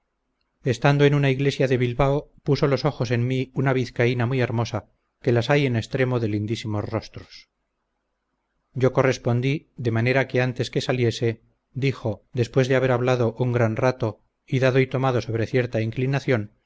estando en una iglesia de bilbao puso los ojos en mí una vizcaína muy hermosa que las hay en extremo de lindísimos rostros yo correspondí de manera que antes que saliese dijo después de haber hablado un gran rato y dado y tomado sobre cierta inclinación